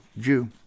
Jew